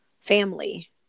family